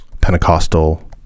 Pentecostal